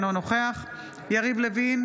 אינו נוכח יריב לוין,